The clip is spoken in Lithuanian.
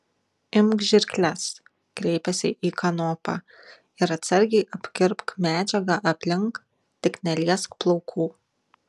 imk žirkles kreipėsi į kanopą ir atsargiai apkirpk medžiagą aplink tik neliesk plaukų